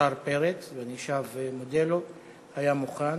שהשר פרץ, ואני שב ומודה לו, היה מוכן,